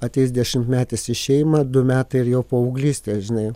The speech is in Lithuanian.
ateis dešimtmetis į šeimą du metai ir jau paauglystė žinai